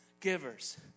givers